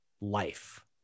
life